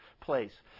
place